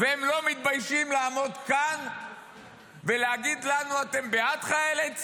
והם לא מתביישים לעמוד כאן ולהגיד לנו: אתם בעד חיילי צה"ל,